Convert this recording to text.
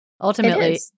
Ultimately